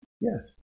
Yes